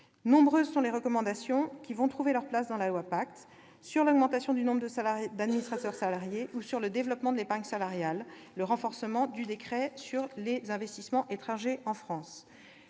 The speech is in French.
Nombreuses sont les recommandations qui vont trouver leur place dans la loi PACTE, notamment sur l'augmentation du nombre d'administrateurs salariés, sur le développement de l'épargne salariale ou sur le renforcement du décret sur les investissements étrangers en France.